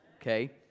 okay